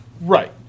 Right